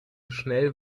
schnell